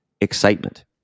excitement